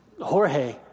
Jorge